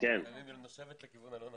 אבל לפעמים היא נושבת לכיוון הלא נכון.